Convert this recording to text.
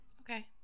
Okay